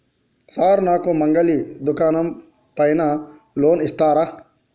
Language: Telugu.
సార్ నాకు మంగలి దుకాణం పైన లోన్ ఇత్తరా?